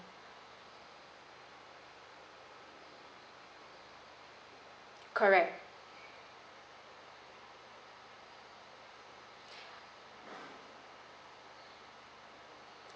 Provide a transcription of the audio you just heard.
correct